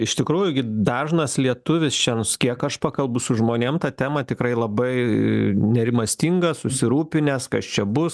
iš tikrųjų gi dažnas lietuvis šiandien su kiek aš pakalbu su žmonėm ta tema tikrai labai nerimastingas susirūpinęs kas čia bus